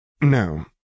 No